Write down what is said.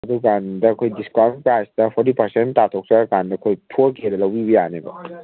ꯑꯗꯨꯀꯥꯟꯗ ꯑꯩꯈꯣꯏ ꯗꯤꯁꯀꯥꯎꯟ ꯄ꯭ꯔꯥꯏꯁꯇ ꯐꯣꯔꯇꯤ ꯄꯔꯁꯦꯟ ꯇꯥꯊꯣꯛꯆꯔꯀꯥꯟꯗ ꯑꯩꯈꯣꯏ ꯐꯣꯔ ꯀꯦꯗ ꯂꯧꯕꯤꯕ ꯌꯥꯅꯦꯕ